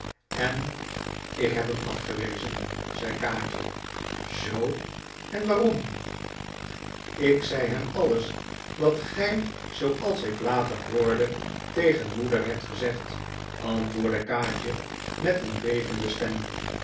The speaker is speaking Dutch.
en ik heb hem afgewezen zei kaatje zoo en waarom ik zei hem alles wat gij zooals ik later hoorde tegen moeder hebt gezegd antwoordde kaatje met een bevende stem